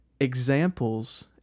examples